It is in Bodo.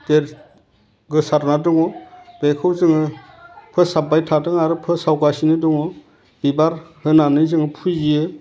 देर गोसारना दङ बेखौ जोङो फोसाबबाय थादों आरो फोसावगासिनो दङ बिबार होनानै जोङो फुजियो